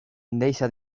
deixa